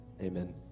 amen